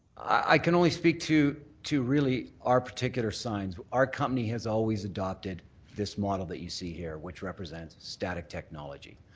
i can only speak to to really our particular signs. our company has always adopted this model that you see here which represents static technology.